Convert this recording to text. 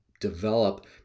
develop